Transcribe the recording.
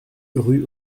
rue